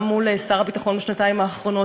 גם מול שר הביטחון בשנתיים האחרונות,